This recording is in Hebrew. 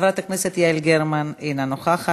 חברת הכנסת יעל גרמן, אינה נוכחת,